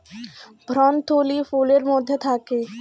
ভ্রূণথলি ফুলের মধ্যে থাকে